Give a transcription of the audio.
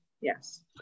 Yes